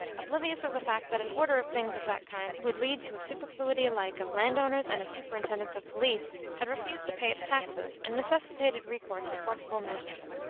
oblivious of the fact that an order of things of that kind would lead to a superfluity alike of landowners and of superintendents of police, had refused to pay its taxes, and necessitated recourse to forcible measures.